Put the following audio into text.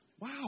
wow